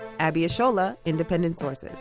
abi ishola, independent sources.